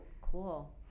Cool